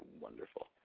wonderful